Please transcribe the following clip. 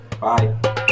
Bye